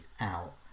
out